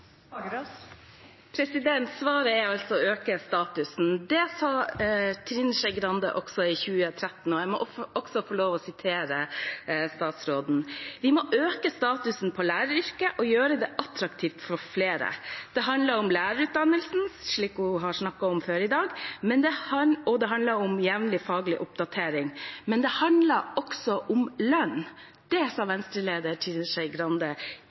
Svaret er altså å øke statusen. Det sa Trine Skei Grande også i 2013, og jeg må få lov til å sitere statsråden: «Vi må øke statusen på læreryrket og gjøre det attraktivt for flere. Det handler om lærerutdanningen» – slik hun har snakket om før i dag – «det handler om jevnlig faglig oppdatering, og det handler om lønn.» Det sa Venstre-leder Trine Skei Grande